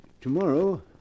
tomorrow